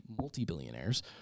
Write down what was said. multi-billionaires